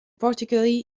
particularly